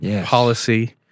policy